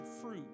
fruit